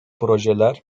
projeler